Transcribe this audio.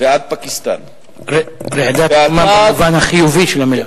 ועד פקיסטן, רעידת אדמה במובן החיובי של המלה.